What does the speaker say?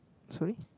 sorry